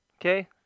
Okay